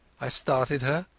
i started her,